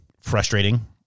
frustrating